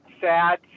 sad